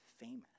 famous